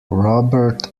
robert